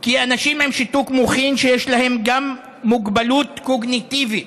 כי אנשים עם שיתוק מוחין שיש להם גם מוגבלות קוגניטיבית